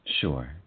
Sure